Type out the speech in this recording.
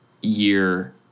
year